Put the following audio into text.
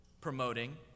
promoting